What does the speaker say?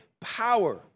power